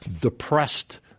depressed